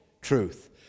truth